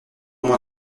moi